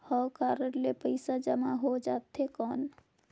हव कारड ले पइसा जमा हो जाथे कौन?